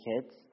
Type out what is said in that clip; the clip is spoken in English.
kids